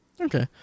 Okay